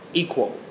equal